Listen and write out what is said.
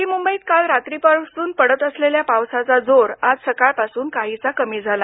नवी मुंबईत काल रात्रीपासून पडत असलेल्या पावसाचा जोर आज सकाळपासून काहीसा कमी झाला